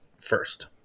first